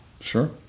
Sure